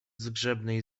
zgrzebnej